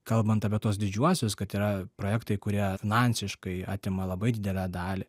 kalbant apie tuos didžiuosius kad yra projektai kurie finansiškai atima labai didelę dalį